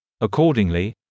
Accordingly